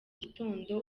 gitondo